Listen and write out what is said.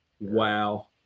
Wow